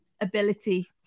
ability